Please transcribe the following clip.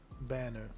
Banner